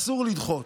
אסור לדחות.